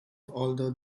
although